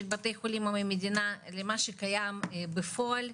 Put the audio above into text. בתי חולים עם המדינה למה שקיים בפועל,